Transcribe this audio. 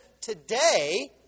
today